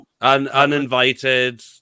uninvited